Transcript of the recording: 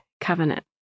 covenant